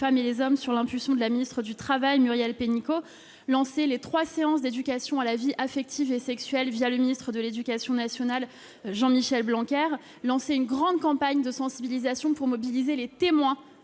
et les hommes, sur l'impulsion de la ministre du travail, Muriel Pénicaud. Nous avons mis en place les trois séances d'éducation à la vie affective et sexuelle, grâce au ministre de l'éducation nationale, Jean-Michel Blanquer. Nous avons lancé une grande campagne de sensibilisation pour mobiliser les témoins